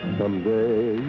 someday